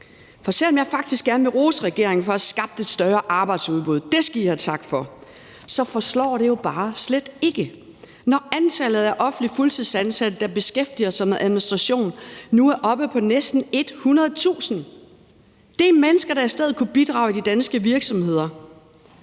Selv om jeg faktisk gerne vil rose regeringen for at have skabt et større arbejdsudbud, det skal I have tak for, forslår det jo bare slet ikke, når antallet af offentligt fuldtidsansatte, der beskæftiger sig med administration, nu er oppe på næsten 100.000. Det er mennesker, der i stedet kunne bidrage i de danske virksomheder.